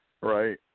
Right